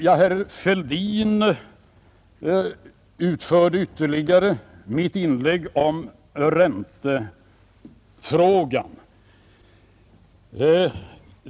Herr Fälldin utvecklade ytterligare mitt resonemang om räntefrågan.